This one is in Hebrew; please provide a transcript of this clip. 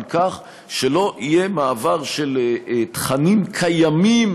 על כך שלא יהיה מעבר של תכנים קיימים